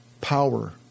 power